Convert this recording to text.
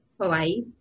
Hawaii